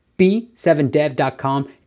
B7Dev.com